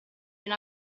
una